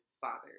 father